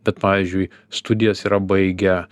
bet pavyzdžiui studijas yra baigę